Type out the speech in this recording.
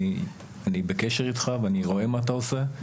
אני בקשר איתך, ואני רואה מה אתה עושה.